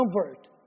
convert